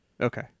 Okay